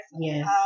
Yes